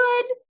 good